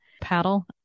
paddle